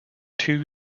two